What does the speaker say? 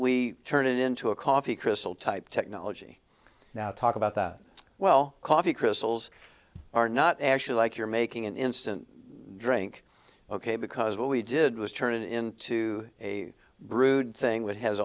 we turn it into a coffee crystal type technology now talk about that well coffee crystals are not actually like you're making an instant drink ok because what we did was turn it into a brood thing that has